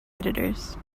editors